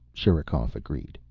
sherikov agreed.